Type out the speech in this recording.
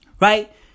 Right